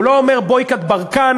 הוא לא אומר boycott ברקן,